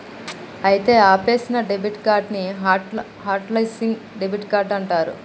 అయితే ఆపేసిన debit card ని హట్ లిస్సింగ్ డెబిట్ కార్డ్ అంటారు